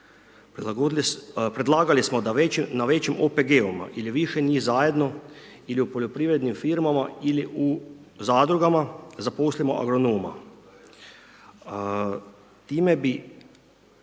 predlagali smo da na većim OPG-ovima ili više njih zajedno ili u poljoprivrednim firmama ili u zadruga zaposlimo agronoma.